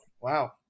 Wow